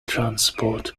transport